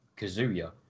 Kazuya